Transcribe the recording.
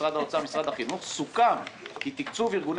משרד האוצר ומשרד החינוך סוכם כי תקצוב ארגוני